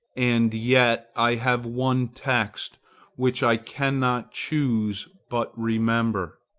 and yet i have one text which i cannot choose but remember.